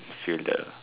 feel the